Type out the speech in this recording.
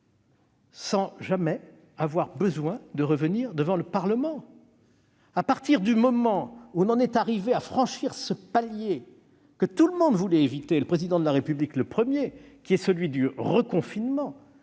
sans jamais avoir besoin de revenir devant le Parlement. À partir du moment où on en est arrivé à franchir ce palier, que tout le monde voulait éviter, le Président de la République le premier, à savoir le reconfinement,